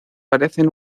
parecen